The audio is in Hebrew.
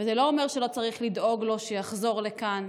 וזה לא אומר שלא צריך לדאוג שיחזור לכאן,